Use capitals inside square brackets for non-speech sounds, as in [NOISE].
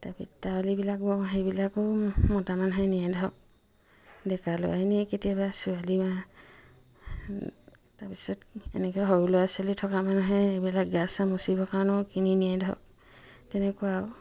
[UNINTELLIGIBLE] বিলাক বওঁ সেইবিলাকো মতা মানুহে নিয়ে ধৰক ডেকা ল'ৰাই নিয়ে কেতিয়াবা ছোৱালী মাহ তাৰপিছত এনেকৈ সৰু ল'ৰা ছোৱালী থকা মানুহে এইবিলাক গা চা মুচিবৰ কাৰণেও কিনি নিয়ে ধৰক তেনেকুৱা আৰু